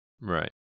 Right